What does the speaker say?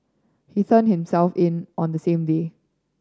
he turned himself in on the same day